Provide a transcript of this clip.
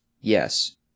Yes